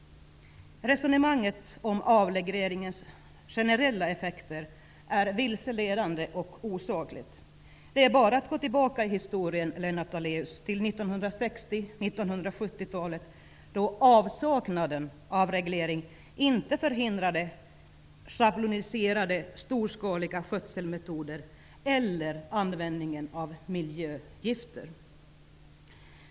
Resonemanget om avregleringens generella effekter är vilseledande och osakligt. Det är bara att gå tillbaka i historien, Lennart Daléus, till 1960 och 1970-talen då avsaknaden av regleringar inte förhindrade schabloniserade storskaliga skötselmetoder eller användningen av miljögifter.